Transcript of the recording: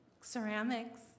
Ceramics